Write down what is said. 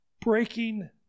Breaking